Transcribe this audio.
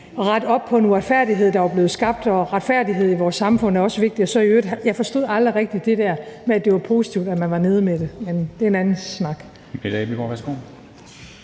at rette op på en uretfærdighed, der var blevet skabt, og retfærdighed i vores samfund er også vigtigt. I øvrigt forstod jeg aldrig rigtig det der med, at det var positivt, at man var nede Mette , men det er en anden snak.